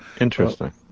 interesting